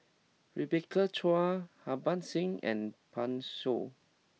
Rebecca Chua Harbans Singh and Pan Shou